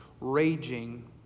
raging